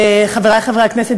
חברי חברי הכנסת,